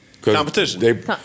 competition